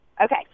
Okay